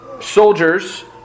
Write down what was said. Soldiers